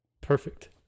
perfect